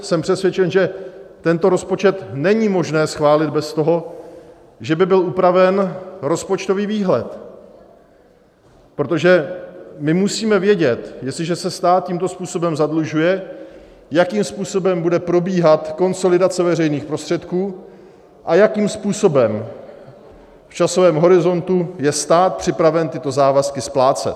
Jsem přesvědčen, že tento rozpočet není možné schválit bez toho, že by byl upraven rozpočtový výhled, protože my musíme vědět, jestliže se stát tímto způsobem zadlužuje, jakým způsobem bude probíhat konsolidace veřejných prostředků a jakým způsobem v časovém horizontu je stát připraven tyto závazky splácet.